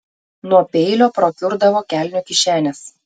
nuo peilio prakiurdavo kelnių kišenės